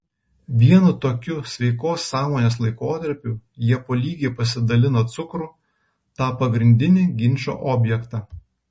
vienu tokiu sveikos sąmonės laikotarpiu jie po lygiai pasidalino cukrų tą pagrindinį ginčo objektą